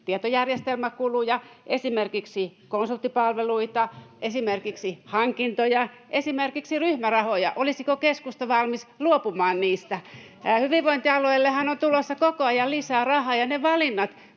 tietojärjestelmäkuluja, esimerkiksi konsulttipalveluita, esimerkiksi hankintoja, esimerkiksi ryhmärahoja — olisiko keskusta valmis luopumaan niistä? [Katri Kulmuni: Uskomatonta!] Hyvinvointialueillehan on tulossa koko ajan lisää rahaa, ja ne valinnat,